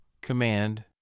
Command